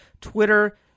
Twitter